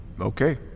Okay